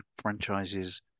franchises